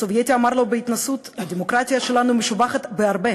הסובייטי עונה לו בהתנשאות: הדמוקרטיה שלנו משובחת בהרבה,